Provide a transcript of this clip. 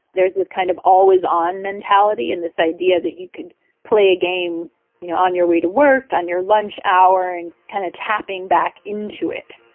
there's this kind of always on mentality and this idea that you could play a game you know on your way to work, on your lunch hour and kind of tapping back into it.